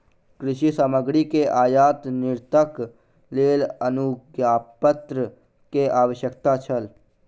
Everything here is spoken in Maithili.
कृषि सामग्री के आयात निर्यातक लेल अनुज्ञापत्र के आवश्यकता छल